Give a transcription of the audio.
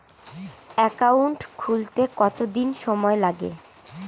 Account খুলতে কতদিন সময় লাগে?